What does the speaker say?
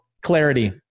clarity